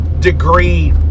degree